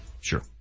Sure